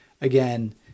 Again